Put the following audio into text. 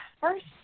first